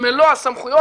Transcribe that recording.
עם מלוא הסמכויות,